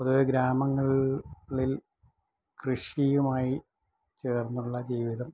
പൊതുവേ ഗ്രാമങ്ങളിൽ കൃഷിയുമായി ചേർന്നുള്ള ജീവിതം